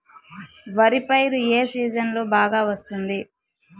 వరి పైరు ఏ సీజన్లలో బాగా వస్తుంది